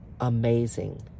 amazing